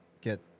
get